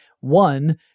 one